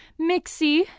Mixie